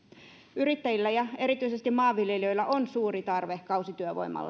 yrittäjillä ja erityisesti maanviljelijöillä on suuri kausityövoiman